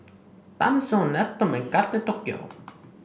Timezone Nestum and Kate Tokyo